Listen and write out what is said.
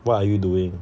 what are you doing